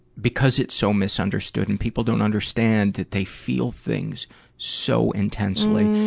because it's so misunderstood and people don't understand that they feel things so intensely,